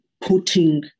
putting